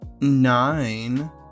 Nine